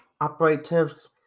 operatives